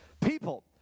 People